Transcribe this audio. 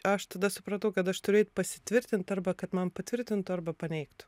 aš tada supratau kad aš turiu eit pasitvirtint arba kad man patvirtintų arba paneigtų